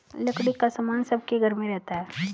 लकड़ी का सामान सबके घर में रहता है